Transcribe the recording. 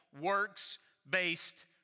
works-based